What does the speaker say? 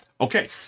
okay